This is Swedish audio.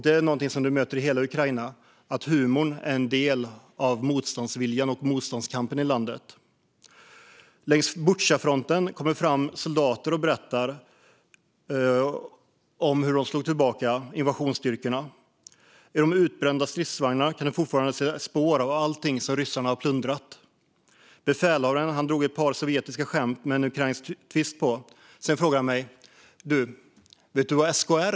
Det är någonting som man möter i hela Ukraina - humorn är en del av motståndsviljan och motståndskampen i landet. Längs Butjafronten kom det fram soldater och berättade om hur de slog tillbaka invasionsstyrkorna. I de utbrända stridsvagnarna kunde man fortfarande se spår av allting som ryssarna har plundrat. Befälhavaren drog ett par sovjetiska skämt med en ukrainsk tvist. Sedan frågade han mig: Vet du vad SKR är?